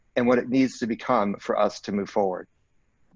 and what it needs to become for us to move forward.